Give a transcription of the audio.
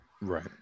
Right